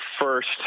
first